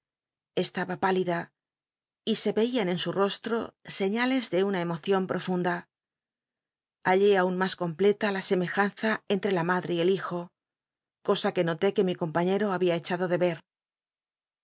estaba plilida y se veían en su rostto señales de una emocion profunda hallé aun mas complela la semejanza enle la madre y el hijo cosa que noté que mi compañero babia echado de ver